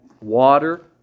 water